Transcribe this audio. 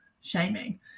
shaming